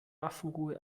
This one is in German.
waffenruhe